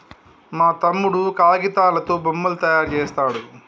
మా తమ్ముడు కాగితాలతో బొమ్మలు తయారు చేస్తాడు